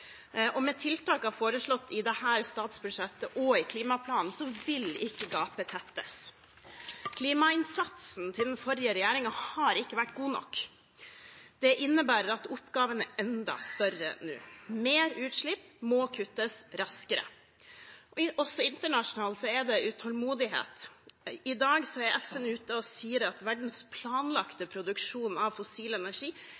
Med tiltakene foreslått i dette statsbudsjettet og i klimaplanen vil ikke gapet tettes. Klimainnsatsen til den forrige regjeringen har ikke vært god nok. Det innebærer at oppgaven er enda større nå. Mer utslipp må kuttes raskere. Også internasjonalt er det utålmodighet. I dag er FN ute og sier at verdens